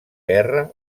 guerra